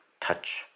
touch